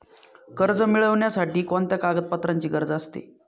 कर्ज मिळविण्यासाठी कोणत्या कागदपत्रांची गरज असते?